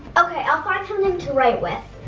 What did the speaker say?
okay, i'll find something to write with.